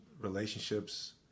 relationships